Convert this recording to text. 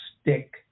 stick